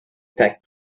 detect